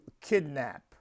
kidnap